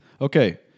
Okay